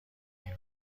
این